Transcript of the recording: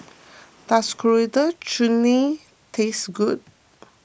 does Coriander Chutney taste good